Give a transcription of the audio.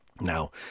Now